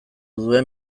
duen